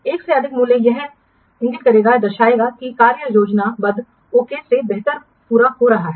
एक से अधिक मूल्य यह इंगित करेगा कि कार्य योजनाबद्ध ओके से बेहतर पूरा हो रहा है